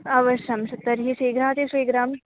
अवश्यं तर्हि शीघ्रातिशीघ्रम्